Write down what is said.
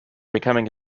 becoming